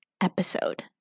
episode